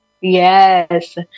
Yes